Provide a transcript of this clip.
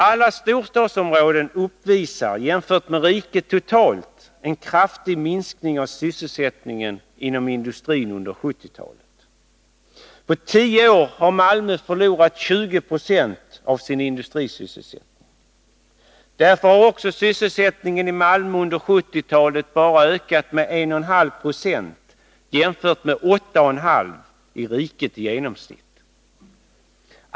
Alla storstadsområden uppvisar, jämfört med riket totalt, en kraftig minskning av sysselsättningen inom industrin under 1970-talet. På tio år har Malmö förlorat 20 20 av sin industrisysselsättning. Därför har också sysselsättningen i Malmö under 1970-talet bara ökat med 1,5 96, jämfört med 8,5 Jo i riket i genomsnitt.